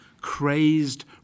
crazed